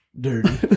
dirty